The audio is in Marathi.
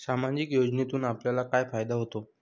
सामाजिक योजनेतून आपल्याला काय फायदा होतो?